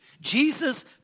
Jesus